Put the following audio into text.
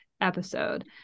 episode